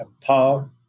Paul